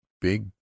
big